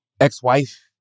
ex-wife